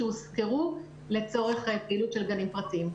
שהושכרו לצורך של פעילות של גני פרטיים.